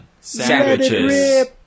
Sandwiches